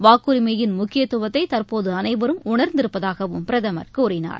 வாக்குரிமையின் முக்கியத்துவத்தை தற்போது அனைவரும் உணர்ந்திருப்பதாகவும் பிரதமர் கூறினார்